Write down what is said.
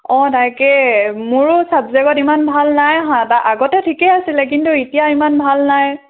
অঁ তাকে মোৰো ছাবজেক্টত ইমান ভাল নাই অহা তাৰ আগতে ঠিকে আছিলে কিন্তু এতিয়া ইমান ভাল নাই